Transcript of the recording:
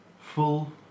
full